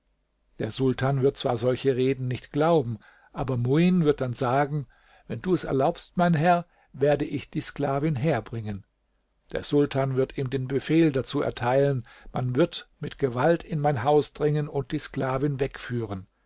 der sultan wird zwar solche reden nicht glauben aber muin wird dann sagen wenn du es erlaubst mein herr werde ich die sklavin herbringen der sultan wird ihm den befehl dazu erteilen man wird mit gewalt in mein haus dringen und die sklavin wegführen